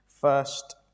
first